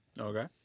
Okay